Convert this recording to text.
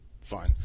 fine